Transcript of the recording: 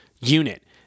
unit